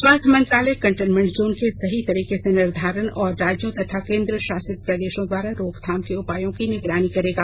स्वास्थ्य मंत्रालय containment zone के सही तरीके से निर्धारण और राज्यों तथा केन्द्र शासित प्रदेशों द्वारा रोकथाम के उपायों की निगरानी करेगा